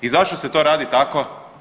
I zašto se to radi tako?